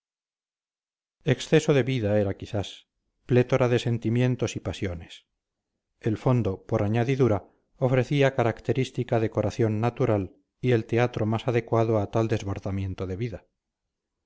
exceso de vida era quizás plétora de sentimientos y pasiones el fondo por añadidura ofrecía característica decoración natural y el teatro más adecuado a tal desbordamiento de vida